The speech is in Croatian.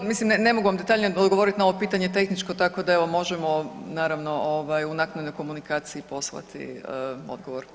To, mislim ne mogu vam detaljnije odgovoriti na ovo pitanje tehničko tako da evo možemo naravno ovaj u naknadnoj komunikaciji poslati odgovor.